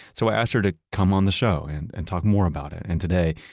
so i asked her to come on the show and and talk more about it. and today,